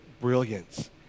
brilliance